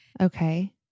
Okay